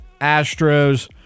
Astros